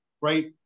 right